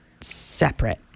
separate